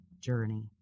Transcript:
journey